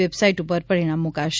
website ઉપર પરિણામ મુકાશે